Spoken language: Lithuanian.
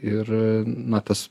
ir na tas